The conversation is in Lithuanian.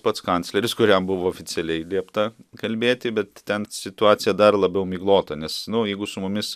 pats kancleris kuriam buvo oficialiai liepta kalbėti bet ten situacija dar labiau miglota nes nu jeigu su mumis